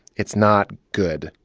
it's not good,